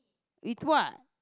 with what